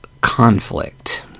conflict